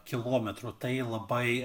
kilometrų tai labai